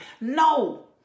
No